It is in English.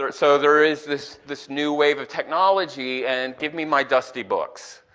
so there is this this new wave of technology and give me my dusty books,